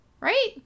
right